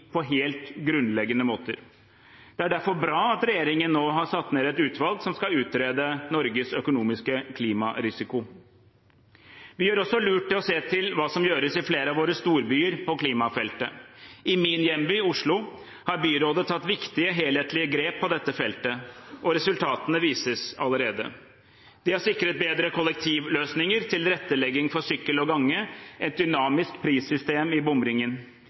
på helt grunnleggende måter. Det er derfor bra at regjeringen nå har satt ned et utvalg som skal utrede Norges økonomiske klimarisiko. Vi gjør også lurt i å se til hva som gjøres i flere av våre storbyer på klimafeltet. I min hjemby, Oslo, har byrådet tatt viktige, helhetlige grep på dette feltet, og resultatene vises allerede. De har sikret bedre kollektivløsninger, tilrettelegging for sykkel og gange og et dynamisk prissystem i bomringen.